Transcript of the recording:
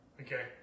Okay